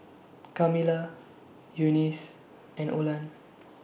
Camila Eunice and Olan